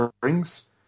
brings